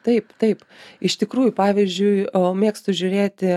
taip taip iš tikrųjų pavyzdžiui mėgstu žiūrėti